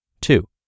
Two